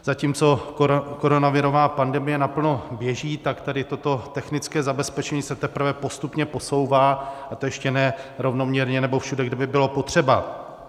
Zatímco koronavirová pandemie naplno běží, tak tady toto technické zabezpečení se teprve postupně posouvá, a to ještě ne rovnoměrně nebo všude, kde by bylo potřeba.